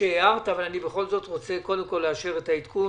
שהערת אבל אני בכל זאת רוצה קודם כל לאשר את העדכון